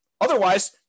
Otherwise